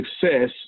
Success